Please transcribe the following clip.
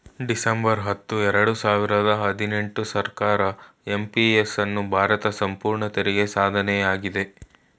December ಹತ್ತು ಎರಡು ಸಾವಿರ ಹದಿನೆಂಟು ಸರ್ಕಾರ ಎಂ.ಪಿ.ಎಸ್ ಅನ್ನು ಭಾರತ ಸಂಪೂರ್ಣ ತೆರಿಗೆ ಸಾಧನೆಯಾಗಿದೆ